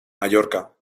mallorca